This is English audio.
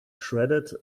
shredded